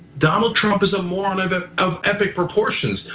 donald trump is a moron of ah of epic proportions.